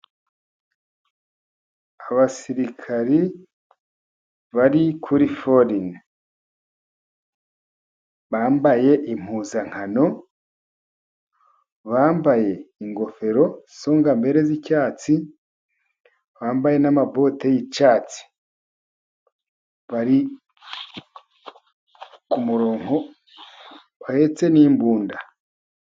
Abasirikari bari kuri forini bambaye impuzankano, bambaye ingofero, songa mbere z'icyatsi ,bambaye n'amabote y'icyatsi ,bari ku murongo ,bahetse n'imbunda.